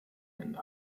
ende